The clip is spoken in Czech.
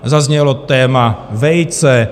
Zaznělo téma vejce.